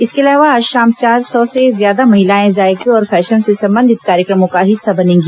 इसके अलावा आज शाम चार सौ से ज्यादा महिलाएं जायके और फैशन से संबंधित कार्यक्रमों का हिस्सा बनेगी